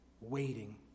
waiting